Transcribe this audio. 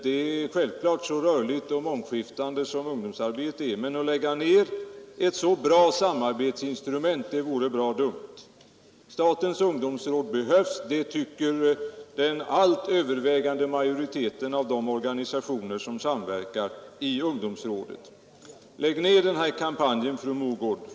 Det är självklart med tanke på hur skiftande och rörligt ungdomsarbete är. Men att lägga ned ett så bra samarbetsinstrument vore dumt. Statens ungdomsråd behövs — det tycker den helt övervägande majoriteten av de organisationer som samverkar i ungdomsrådet. Lägg ned denna kampanj, fru Mogård!